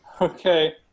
Okay